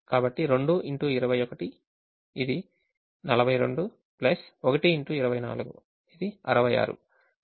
కాబట్టి 2 x 21 ఇది 42 ఇది 66